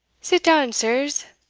sit down, sirs,